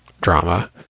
drama